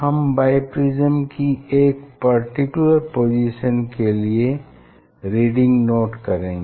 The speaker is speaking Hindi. हम बाइप्रिज्म की एक पर्टिकुलर पोजीशन के लिए रीडिंग नोट करेंगे